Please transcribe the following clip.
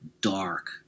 dark